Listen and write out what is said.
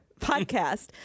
podcast